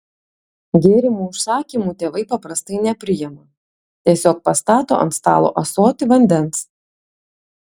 gėrimų užsakymų tėvai paprastai nepriima tiesiog pastato ant stalo ąsotį vandens